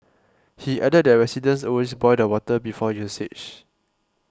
he added that residents always boil the water before usage